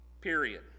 Period